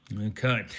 Okay